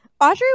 Audrey